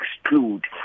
exclude